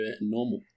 normal